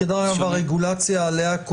מה קובעת הרגולציה עליה?